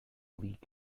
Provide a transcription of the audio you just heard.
leak